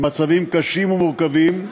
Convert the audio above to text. במצבים קשים ומורכבים.